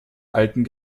alten